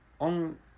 on